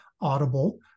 audible